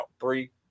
Three